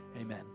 amen